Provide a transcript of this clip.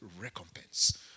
recompense